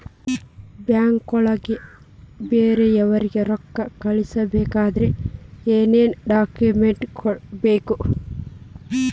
ಬ್ಯಾಂಕ್ನೊಳಗ ಬೇರೆಯವರಿಗೆ ರೊಕ್ಕ ಕಳಿಸಬೇಕಾದರೆ ಏನೇನ್ ಡಾಕುಮೆಂಟ್ಸ್ ಬೇಕು?